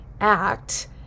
act